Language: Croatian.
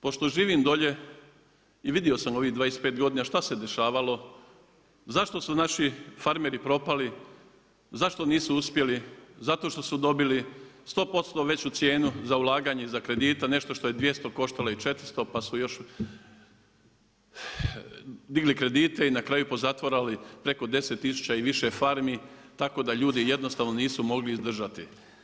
Pošto živim dolje i vidio sam u ovih 25 godina šta se dešavalo, zašto su naši farmeri propali, zašto nisu uspjeli, zato što su dobili 100% veću cijenu za ulaganje, za kredite, nešto što je 200 koštalo je i 400 pa su još digli kredite i na kraju pozatvarali preko 10000 i više farmi tako da ljudi jednostavno nisu mogli izdržati.